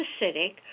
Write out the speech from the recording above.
acidic